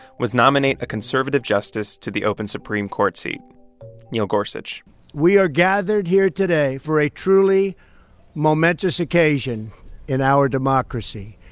was nominate a conservative justice to the open supreme court seat neil gorsuch we are gathered here today for a truly momentous occasion in our democracy,